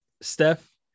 Steph